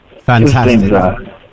Fantastic